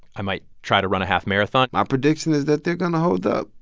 i might try to run a half marathon my prediction is that they're going to hold up.